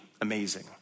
amazing